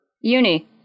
Uni